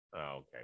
Okay